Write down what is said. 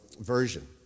version